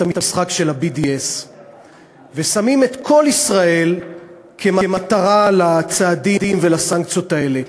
המשחק של ה-BDS ושמים את כל ישראל כמטרה לצעדים ולסנקציות האלה.